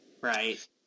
right